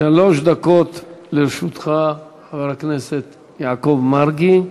שלוש דקות לרשותך, חבר הכנסת יעקב מרגי.